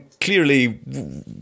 clearly